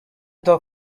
dog